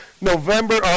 November